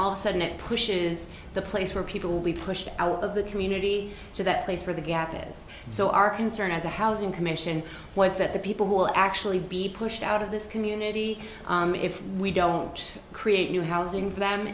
all sudden it pushes the place where people will be pushed out of the community so that place for the gap is so our concern as a housing commission was that the people will actually be pushed out of this community if we don't create new housing for them